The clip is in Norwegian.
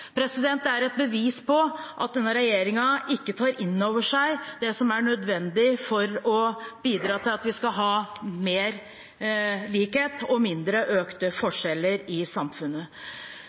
Det er et bevis på at denne regjeringen ikke tar inn over seg det som er nødvendig for å bidra til at vi skal ha mer likhet og færre økte forskjeller i samfunnet.